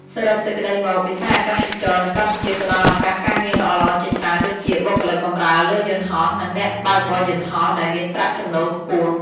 សរុបសេចក្តីមក វិស័យអាកាសចរណ៍នៅកម្ពុជាផ្តល់ឱកាសការងារល្អៗជាច្រើនដូចជា បុគ្គលិកបម្រើលើយន្តហោះ និងអ្នកបើកបរយន្តហោះ ដែលមានប្រាក់ចំណូលខ្ពស់។